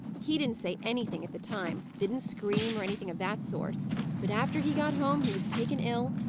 he didn't say anything at the time didn't scream, or anything of that sort but after he got home he was taken ill,